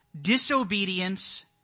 disobedience